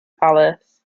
alice